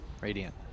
Radiant